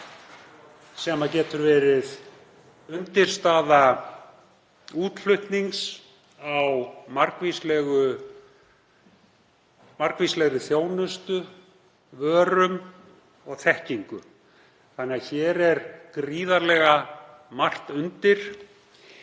sem getur verið undirstaða útflutnings á margvíslegri þjónustu, vörum og þekkingu. Hér er því gríðarlega margt undir.